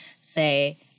say